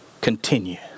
continue